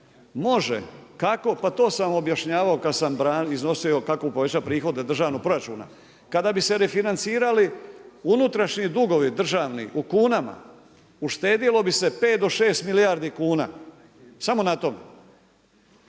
to sam vam objašnjavao kada sam iznosio kako povećati prihode državnog proračuna. Kada bi se refinancirali unutrašnji dugovi, državni u kunama, uštedjelo bi se 5 do 6 milijardi kuna, samo na tome.